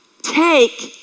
take